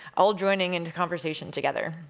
all joining in conversation together.